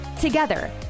Together